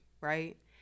right